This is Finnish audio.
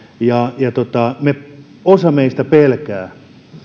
ja osa meistä pelkää